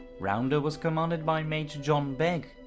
rounder was commanded by major john begg,